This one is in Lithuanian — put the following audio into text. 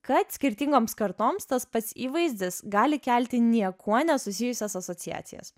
kad skirtingoms kartoms tas pats įvaizdis gali kelti niekuo nesusijusias asociacijas